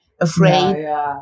afraid